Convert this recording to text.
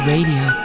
Radio